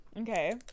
Okay